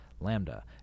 Lambda